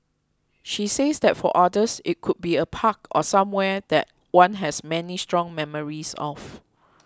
she says that for others it could be a park or somewhere that one has many strong memories of